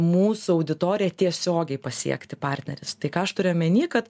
mūsų auditoriją tiesiogiai pasiekti partneris tai ką aš turiu omeny kad